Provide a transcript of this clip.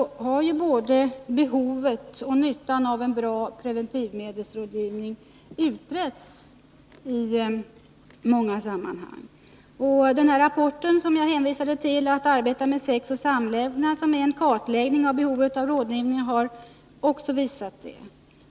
Både behovet och nyttan av en bra preventivmedelsrådgivning har utretts i många sammanhang. Den rapport som jag hänvisade till, Att arbeta med sex och samlevnad, som är en kartläggning av behovet av rådgivning har också påvisat detta.